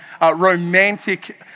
romantic